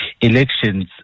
elections